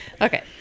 Okay